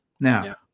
Now